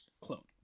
clone